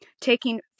taking